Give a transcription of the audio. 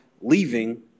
leaving